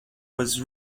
was